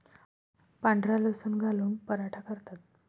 पांढरा लसूण घालून पराठा करतात